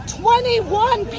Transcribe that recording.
twenty-one